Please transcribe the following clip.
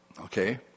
Okay